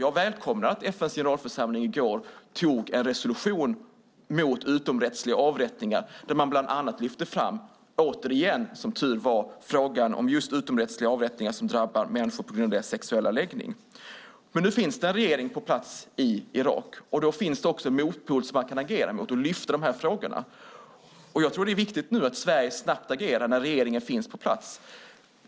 Jag välkomnar att FN:s generalförsamling i går antog en resolution mot utomrättsliga avrättningar där man bland annat lyfte fram, återigen som tur var, frågan om just utomrättsliga avrättningar som drabbar människor på grund av deras sexuella läggning. Men nu finns det en regering på plats i Irak, och då finns det också en motpol som man kan agera mot och lyfta fram dessa frågor till. Jag tror att det nu är viktigt att Sverige snabbt agerar när regeringen finns på plats.